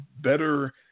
better